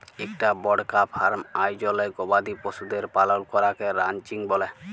ইকটা বড়কা ফার্ম আয়জলে গবাদি পশুদের পালল ক্যরাকে রানচিং ব্যলে